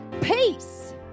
Peace